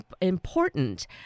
important